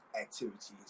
activities